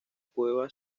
cueva